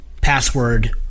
password